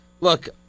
Look